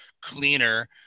cleaner